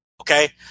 okay